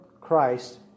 Christ